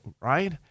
right